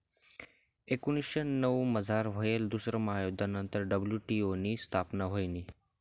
एकोनीसशे नऊमझार व्हयेल दुसरा महायुध्द नंतर डब्ल्यू.टी.ओ नी स्थापना व्हयनी